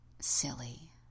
Silly